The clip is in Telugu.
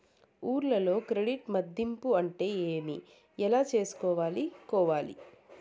ఊర్లలో క్రెడిట్ మధింపు అంటే ఏమి? ఎలా చేసుకోవాలి కోవాలి?